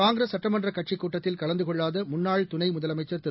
காங்கிரஸ் சட்டமன்றகட்சிக் கூட்டத்தில் கலந்துகொள்ளாதமுன்னாள் துணைமுதலமைச்சர் திரு